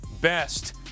best